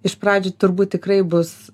iš pradžių turbūt tikrai bus